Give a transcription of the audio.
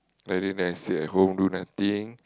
better than stay at home do nothing